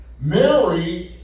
Mary